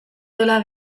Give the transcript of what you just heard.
dela